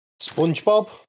SpongeBob